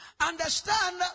Understand